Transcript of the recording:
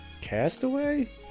Castaway